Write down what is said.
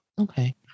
Okay